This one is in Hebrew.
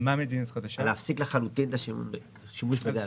להפסיק לחלוטין את השימוש בגז.